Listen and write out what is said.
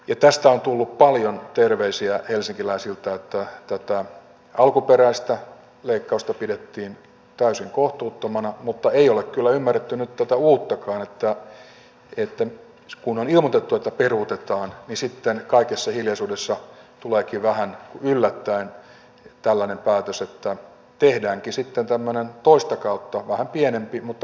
ja tästä on tullut paljon terveisiä helsinkiläisiltä että tätä alkuperäistä leikkausta pidettiin täysin kohtuuttomana mutta ei ole kyllä ymmärretty nyt tätä uuttakaan että kun on ilmoitettu että peruutetaan niin sitten kaikessa hiljaisuudessa tuleekin vähän yllättäen tällainen päätös että tehdäänkin sitten tämmöinen toista kautta vähän pienempi mutta leikkaus kuitenkin